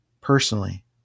personally